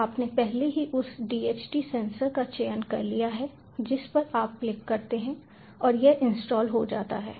तो आपने पहले ही उस DHT सेंसर का चयन कर लिया है जिस पर आप क्लिक करते हैं और यह इंस्टॉल हो जाता है